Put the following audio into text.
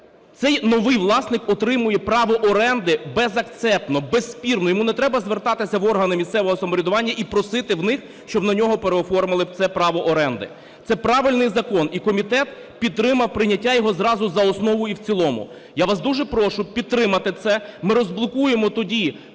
цей новий власник отримує право оренди безакцептно, безспірно. Йому не треба звертатися в органи місцевого самоврядування і просити в них, щоб на нього переоформили б це право оренди. Це правильний закон і комітет підтримав прийняття його зразу за основу і в цілому. Я вас дуже прошу підтримати це, ми розблокуємо тоді